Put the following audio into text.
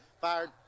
Fired